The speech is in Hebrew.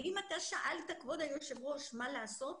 אם אתה שאלת, כבוד היושב ראש, מה לעשות,